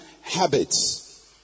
habits